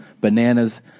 bananas